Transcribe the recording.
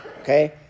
okay